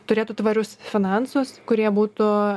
turėtų tvarius finansus kurie būtų